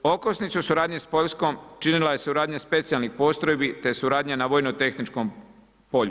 Okosnicu suradnje s Poljskom činila je suradnja specijalnih postrojbi te suradnja na vojnotehničkom polju.